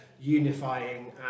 unifying